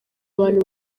abantu